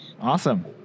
Awesome